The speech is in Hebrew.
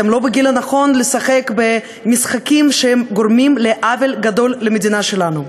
אתם לא בגיל הנכון לשחק במשחקים שגורמים עוול גדול למדינה שלנו.